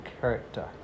character